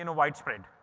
and widespread.